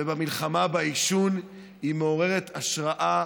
ובמלחמה בעישון מעוררות השראה,